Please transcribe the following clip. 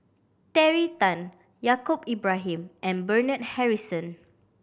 Terry Tan Yaacob Ibrahim and Bernard Harrison